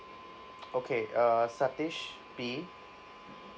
okay uh satesh B